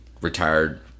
retired